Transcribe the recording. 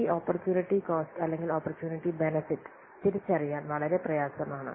ഈ opportunity cost അല്ലെങ്കിൽ opportunity benefit തിരിച്ചറിയാൻ വളരെ പ്രയാസമാണ്